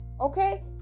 okay